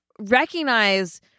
recognize